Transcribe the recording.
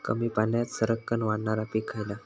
कमी पाण्यात सरक्कन वाढणारा पीक खयला?